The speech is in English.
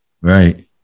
Right